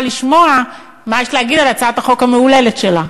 לשמוע מה יש להגיד על הצעת החוק המהוללת שלה.